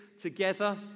together